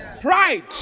Pride